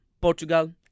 Portugal